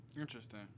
Interesting